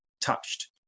touched